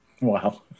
Wow